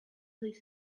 this